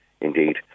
indeed